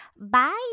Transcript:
Bye